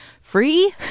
free